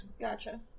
Gotcha